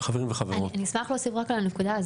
אני אשמח להוסיף רק על הנקודה הזאת,